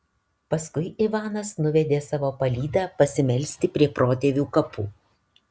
paskui ivanas nuvedė savo palydą pasimelsti prie protėvių kapų